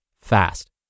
fast